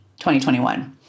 2021